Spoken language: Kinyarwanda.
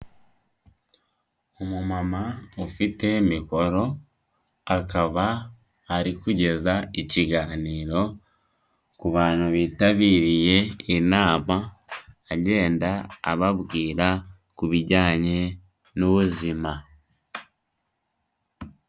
Umumama ufite mikoro, akaba ari kugeza ikiganiro ku bantu bitabiriye inama, agenda ababwira ku bijyanye n'ubuzima.